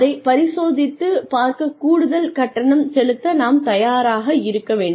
அதை பரிசோதித்துப் பார்க்கக் கூடுதல் கட்டணம் செலுத்த நாம் தயாராக இருக்க வேண்டும்